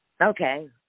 Okay